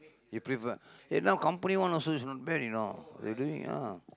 you prefer eh now company one also is not bad you know they doing ya